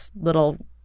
little